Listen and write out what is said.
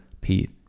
Pete